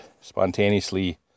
spontaneously